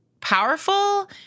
powerful